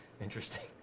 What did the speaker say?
Interesting